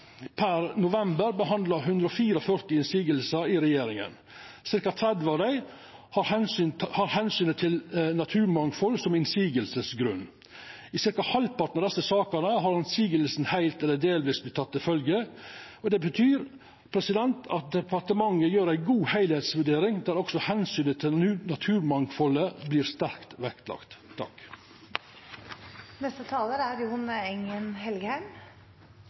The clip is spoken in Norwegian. per november behandla 144 motsegner i regjeringa. Cirka 30 av dei har omsynet til naturmangfald som motsegnsgrunn. I ca. halvparten av desse sakene har motsegnene heilt eller delvis vorte tekne til følgje. Det betyr at departementet gjer ei god heilskapsvurdering, der også omsynet til naturmangfaldet vert sterkt vektlagt. Flere av de sakene vi behandler i dag, viser at deler av opposisjonen er